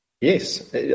Yes